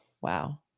Wow